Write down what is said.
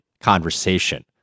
conversation